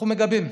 אנחנו מגבים,